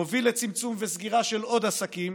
מוביל לצמצום וסגירה של עוד עסקים,